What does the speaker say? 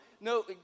no